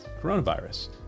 coronavirus